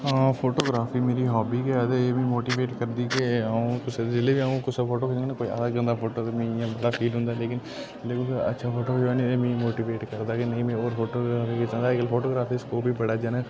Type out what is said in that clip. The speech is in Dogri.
फोटोग्राफी मेरी हाबी गे ऐ ते ऐ मिगी मोटिवेट करदी के अ'ऊं कुसै जेल्लै बी अ'ऊं कुसै दे फोटो खिचने मिगी इ'यां फील होंदा लेकिन फिर अच्छा फोटो खिचना ऐ मिगी मोटिवेट करदा कि नेईं में और फोटो खीच्चां अजकल्ल फोटोग्राफी च स्कोप बी बड़ा जैने